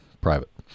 private